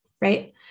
right